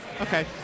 okay